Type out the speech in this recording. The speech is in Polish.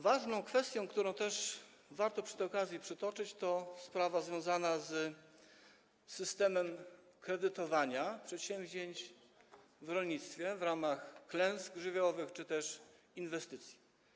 Ważną kwestią, którą też warto przy okazji poruszyć, jest sprawa związana z systemem kredytowania przedsięwzięć w rolnictwie w ramach klęsk żywiołowych czy też inwestycji.